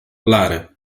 lara